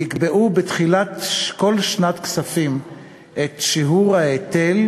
יקבעו בתחילת כל שנת כספים את שיעור ההיטל,